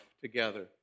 together